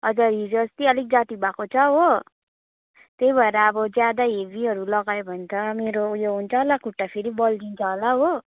हजुर हिजो अस्ति अलिक जाती भएको छ हो त्यही भएर अब ज्यादा हेभीहरू लगायो भन्त मेरो उयो हुन्छ होला खुट्टा फेरि बल्झिन्छ होला हो